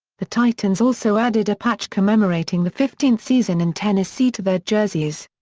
the titans also added a patch commemorating the fifteenth season in tennessee to their jerseys.